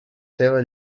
seues